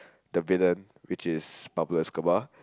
the villain which is Pablo-Escobar